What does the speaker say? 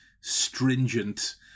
stringent